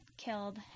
killed